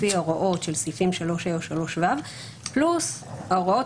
לפי ההוראות של 3ה או 3ו פלוס ההוראות